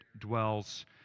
dwells